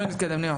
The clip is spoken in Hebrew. בואו נתקדם.